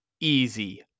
Easy